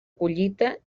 collita